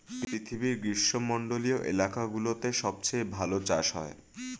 পৃথিবীর গ্রীষ্মমন্ডলীয় এলাকাগুলোতে সবচেয়ে ভালো চাষ হয়